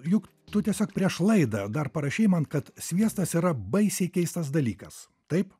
juk tu tiesiog prieš laidą dar parašei man kad sviestas yra baisiai keistas dalykas taip